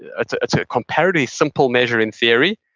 it's ah it's a comparative simple measure in theory.